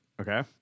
Okay